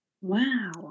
Wow